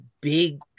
big